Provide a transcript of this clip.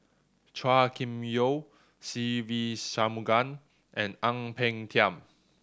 Chua Kim Yeow Se Ve Shanmugam and Ang Peng Tiam